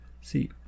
See